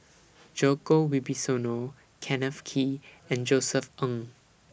Djoko Wibisono Kenneth Kee and Josef Ng